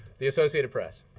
the associated press.